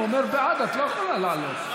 הוא אומר בעד, את לא יכולה לעלות.